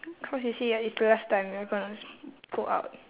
cause you see ah it's the last time we're gonna go out